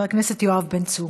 חבר הכנסת יואב בן צור.